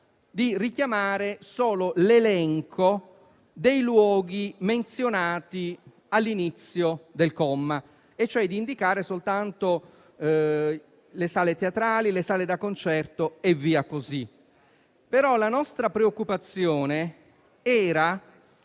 di richiamare solo l'elenco dei luoghi menzionati all'inizio del comma, e cioè di indicare soltanto le sale teatrali, le sale da concerto e così via. Tuttavia, la nostra preoccupazione era